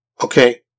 Okay